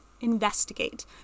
investigate